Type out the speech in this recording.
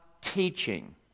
teaching